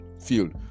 field